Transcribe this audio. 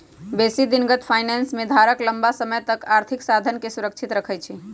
बेशी दिनगत फाइनेंस में धारक लम्मा समय तक आर्थिक साधनके सुरक्षित रखइ छइ